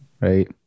right